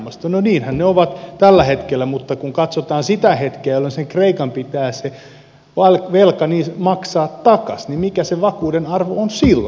no niinhän ne ovat tällä hetkellä mutta kun katsotaan sitä hetkeä jolloin kreikan pitää se velka maksaa takaisin mikä sen vakuuden arvo on silloin